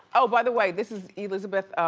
ah by the way, this is elizabeth